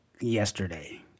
yesterday